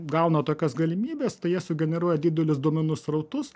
gauna tokias galimybes tai jie sugeneruoja didelius duomenų srautus